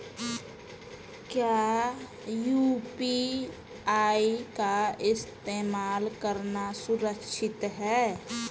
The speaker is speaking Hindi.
क्या यू.पी.आई का इस्तेमाल करना सुरक्षित है?